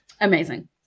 Amazing